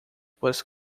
was